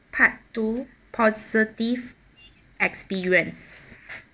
part two positive experience